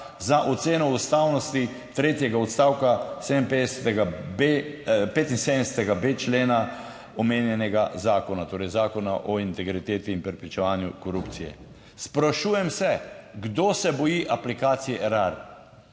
za oceno ustavnosti tretjega odstavka 57.b, 75.b člena omenjenega zakona, torej Zakona o integriteti in preprečevanju korupcije. Sprašujem se, kdo se boji aplikacije Erar?